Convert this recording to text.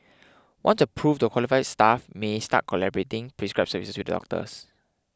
once approved the qualified staff may start collaborative prescribing services with their doctors